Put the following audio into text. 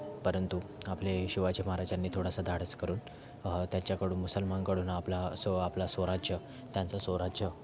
परंतु आपले शिवाजी महाराजांनी थोडासा धाडस करून त्याच्याकडून मुसलमानकडून आपला सो आपला स्वराज्य त्यांचा स्वराज्य